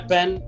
Pen